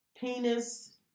penis